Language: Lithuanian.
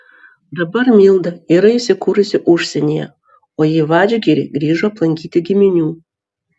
dabar milda yra įsikūrusi užsienyje o į vadžgirį grįžo aplankyti giminių